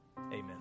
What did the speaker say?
Amen